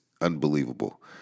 unbelievable